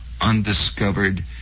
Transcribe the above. undiscovered